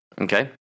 okay